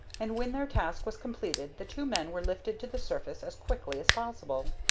and when their task was completed the two men were lifted to the surface as quickly as possible.